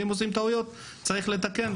אם עושים טעויות צריך לתקן,